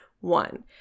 one